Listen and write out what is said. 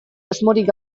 asmorik